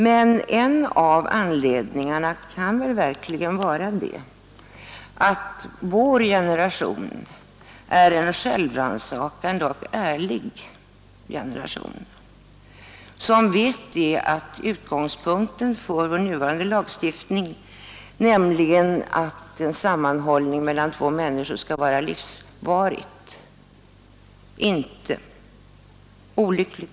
Men en av anledningarna kan vara att vår generation är en självrannsakande och ärlig generation som vet att utgångspunkten för den nuvarande lagstiftningen, nämligen att en sammanhållning mellan två människor skall vara livsvarig, ofta inte håller.